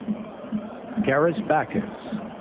karis bacchus,